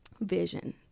Vision